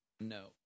No